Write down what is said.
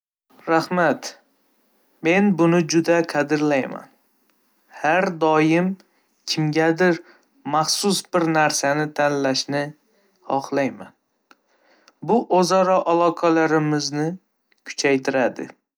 Rahmat, men buni juda qadrlayman. Har doim kimgadir maxsus bir narsani tanlashni xohlayman. Bu o'zaro aloqalarimizni kuchaytiradi.